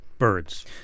birds